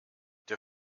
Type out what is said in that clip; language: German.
der